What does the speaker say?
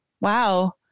wow